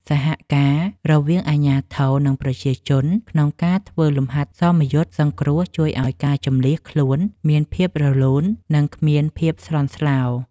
សហការរវាងអាជ្ញាធរនិងប្រជាជនក្នុងការធ្វើលំហាត់សមយុទ្ធសង្គ្រោះជួយឱ្យការជម្លៀសខ្លួនមានភាពរលូន និង គ្មានភាពស្លន់ស្លោ។